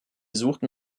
suchten